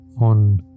on